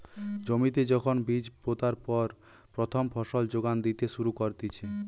জমিতে যখন বীজ পোতার পর প্রথম ফসল যোগান দিতে শুরু করতিছে